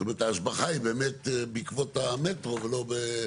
זאת אומרת ההשבחה היא באמת בעקבות המטרו ולא.